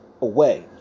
away